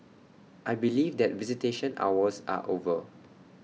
I believe that visitation hours are over